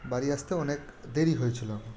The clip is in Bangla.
বাড়ি আসতে অনেক দেরি হয়েছিলো আমার